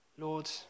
Lord